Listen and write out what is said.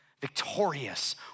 victorious